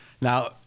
Now –